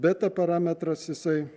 beta parametras jisai